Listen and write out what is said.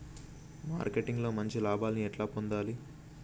Marketing లో మంచి లాభాల్ని ఎట్లా పొందాలి?